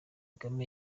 kagame